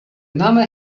name